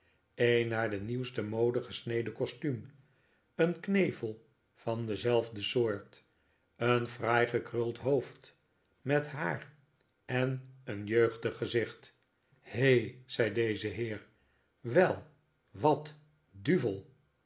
een naar de nieuwste mode gesneden costuum een knevel van dezelfde soort een fraai gekruld hoofd met haar en een jeugdig gezicht he zei deze heer wel wat duivel